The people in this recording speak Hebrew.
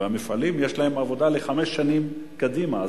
ויש להם עבודה לחמש שנים קדימה.